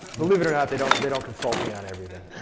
believe it or not, they don't they don't consult me on everything.